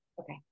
okay